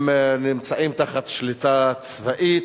הם נמצאים תחת שליטה צבאית,